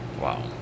Wow